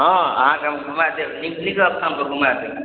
हँ अहाँके हम घुमा देब नीक नीक स्थान पर घुमा देब